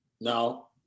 Now